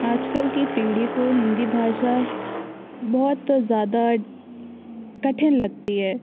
आज कल की पीढ़ी को हिंदी भाषा बहुत ज़्यादा कठिन लगती है